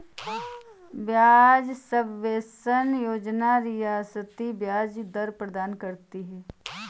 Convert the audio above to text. ब्याज सबवेंशन योजना रियायती ब्याज दर प्रदान करती है